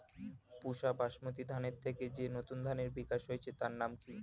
পুসা বাসমতি ধানের থেকে যে নতুন ধানের বিকাশ হয়েছে তার নাম কি?